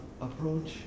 approach